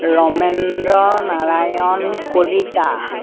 Ramendra Narayan Kalita